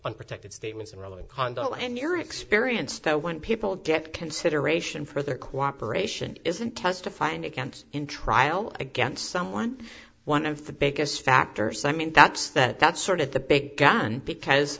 unprotected statements and really condo and your experience that when people get consideration for their cooperation isn't testifying against in trial against someone one of the biggest factors i mean that's that that's sort of the big gun because